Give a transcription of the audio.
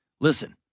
Listen